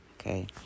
Okay